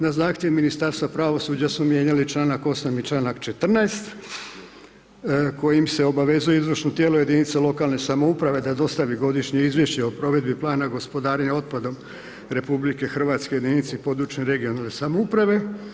Na zahtjev Ministarstva pravosuđa smo mijenjali članak 8. i članak 14. kojim se obavezuje izvršno tijelo jedinica lokalne samouprave da dostavi godišnje izvješće o provedbi plana gospodarenja otpadom RH jedinici područne (regionalne) samouprave.